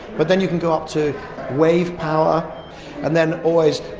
but then you can go up to wave power and then, always,